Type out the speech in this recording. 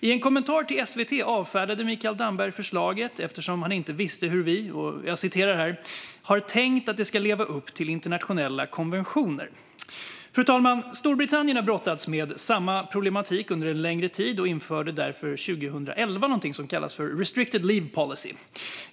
I en kommentar till SVT avfärdade Mikael Damberg förslaget eftersom han inte visste hur vi "har tänkt att det ska leva upp till internationella konventioner". Fru talman! Storbritannien har brottats med samma problematik under en längre tid och införde därför 2011 något som kallas restricted leave policy.